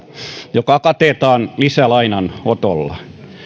joka katetaan lisälainanotolla